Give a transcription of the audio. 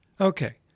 Okay